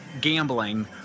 gambling